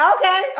okay